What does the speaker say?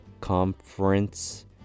conference